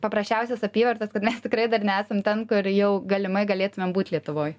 paprasčiausios apyvartos kad mes tikrai dar nesam ten kur jau galimai galėtumėm būt lietuvoj